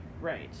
Right